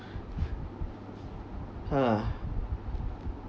ha